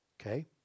Okay